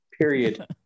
period